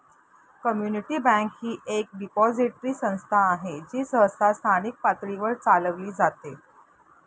community bank ही एक depository संस्था आहे जी सहसा स्थानिक पातळीवर चालविली जाते